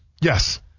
Yes